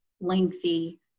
lengthy